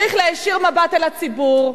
צריך להישיר מבט אל הציבור,